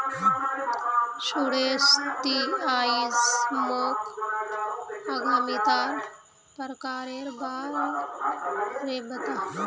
सुरेश ती आइज मोक उद्यमितार प्रकारेर बा र बता